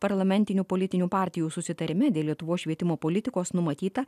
parlamentinių politinių partijų susitarime dėl lietuvos švietimo politikos numatyta